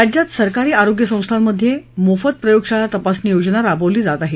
राज्यात सरकारी आरोग्य संस्थांमधे मोफत प्रयोगशाळा तपासणी योजना राबवली जात आहे